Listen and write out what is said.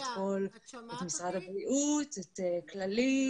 משרד הבריאות, כללית,